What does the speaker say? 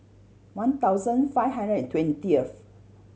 one thousand five hundred and twentieth